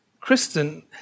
Kristen